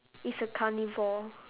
it's a carnivore